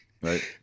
right